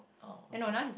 oh okay